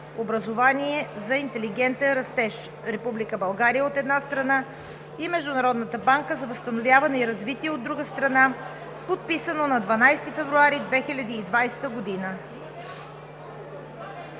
образование за интелигентен растеж“ – Република България, от една страна, и Международната банка за възстановяване и развитие, от друга страна, подписано на 12 февруари 2020 г.